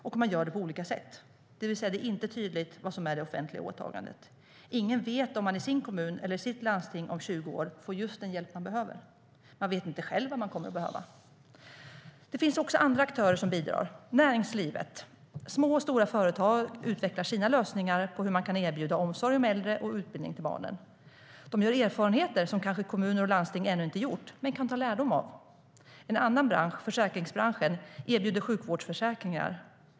Och man gör det på olika sätt, det vill säga det är inte är tydligt vad som är det offentliga åtagandet. Ingen vet om man i sin kommun eller i sitt landsting om 20 år får just den hjälp man behöver. Man vet inte själv vad man kommer att behöva. Det finns också andra aktörer som bidrar. Inom näringslivet utvecklar små och stora företag sina lösningar på hur man kan erbjuda omsorg om äldre och utbildning till barnen. De gör erfarenheter som kanske kommuner och landsting ännu inte gjort men kan ta lärdom av. En annan bransch, försäkringsbranschen, erbjuder sjukvårdsförsäkringar.